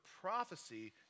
prophecy